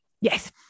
Yes